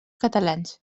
catalans